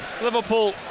Liverpool